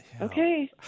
Okay